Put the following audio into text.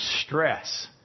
stress